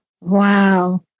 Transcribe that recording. Wow